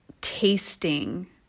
tasting